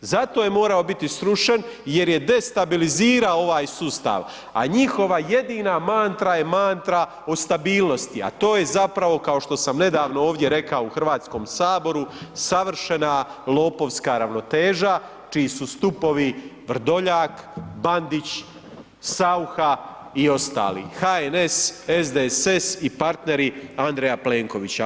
Zato je morao biti srušen jer je destabilizirao ovaj sustav, a njihova jedina mantra je mantra o stabilnosti, a to je zapravo kao što sam nedavno ovdje rekao u Hrvatskom saboru savršena lopovska ravnoteža čiji su stupovi Vrdoljak, Bandić, SAucha i ostali, HNS, SDSS i partneri Andreja Plenkovića.